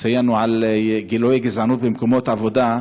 ציינו גילויי גזענות במקומות עבודה,